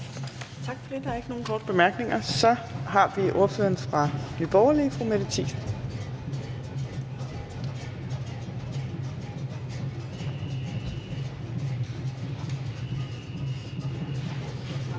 Tak for det. Der er ikke nogen korte bemærkninger. Så har vi ordføreren fra Nye Borgerlige, fru Mette Thiesen.